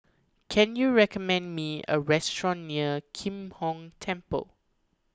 can you recommend me a restaurant near Kim Hong Temple